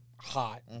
hot